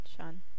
Sean